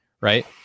right